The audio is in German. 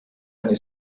eine